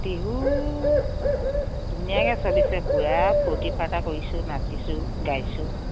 বিহু ধুনীয়াকৈ চলিছে পূৰা ফুৰ্তি ফাৰ্তা কৰিছোঁ নাচিছোঁ গাইছোঁ